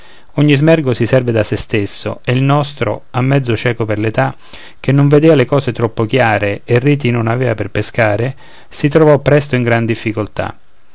ogni smergo si serve da se stesso e il nostro mezzo cieco per l'età che non vedea le cose troppo chiare e reti non aveva per pescare si trovò presto in gran difficoltà